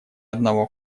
одного